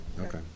Okay